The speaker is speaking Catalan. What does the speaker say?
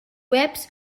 webs